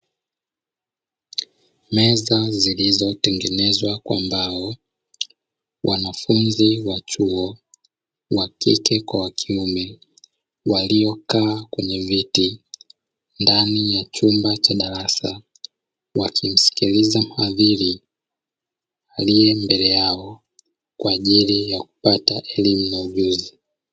Meza zilizotengenezwa kwa mbao, wanafunzi wa chuo wakike kwa wakiume waliokaa kwenye viti ndani ya chumba cha darasa, wakimsikiliza mhadhiri aliye mbele yao kwa ajili ya kupata elimu na ujuzi.